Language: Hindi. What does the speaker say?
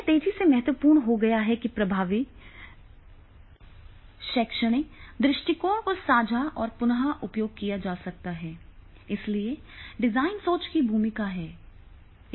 यह तेजी से महत्वपूर्ण हो गया है कि प्रभावी शैक्षणिक दृष्टिकोण को साझा और पुन उपयोग किया जा सकता है इसलिए डिजाइन सोच की भूमिका है